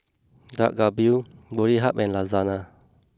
Dak Galbi Boribap and Lasagne